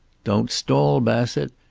don't stall, bassett.